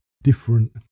different